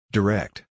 Direct